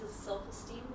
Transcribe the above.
self-esteem